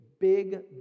big